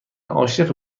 عاشق